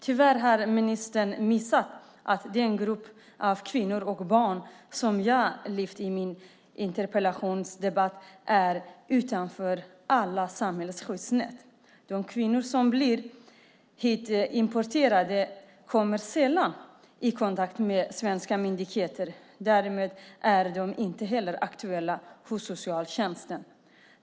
Tyvärr har ministern missat att den grupp kvinnor och barn som jag lyfter fram i min interpellation befinner sig utanför alla samhällets skyddsnät. De kvinnor som importeras hit kommer sällan i kontakt med svenska myndigheter. Därmed är de inte heller aktuella hos socialtjänsten.